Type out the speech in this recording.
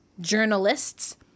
journalists